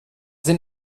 sind